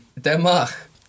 Denmark